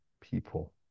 people